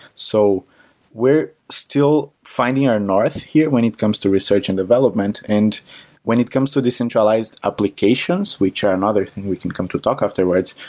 so we're still finding our north here when it comes to research and development. and when it comes to decentralized applications, which are another thing we can come to talk afterwards,